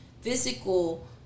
physical